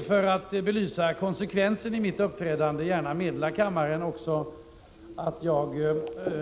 För att belysa konsekvensen i mitt uppträdande vill jag också gärna meddela kammaren att jag